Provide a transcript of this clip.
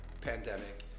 pandemic